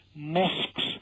Mosques